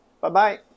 Bye-bye